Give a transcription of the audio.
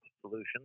solutions